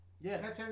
Yes